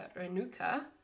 Renuka